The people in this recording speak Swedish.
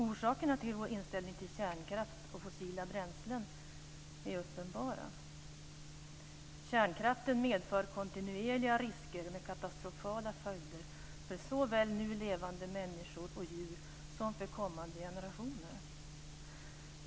Orsakerna till vår inställning till kärnkraft och fossila bränslen är uppenbara. Kärnkraften medför kontinuerliga risker med katastrofala följder för såväl nu levande människor och djur som för kommande generationer.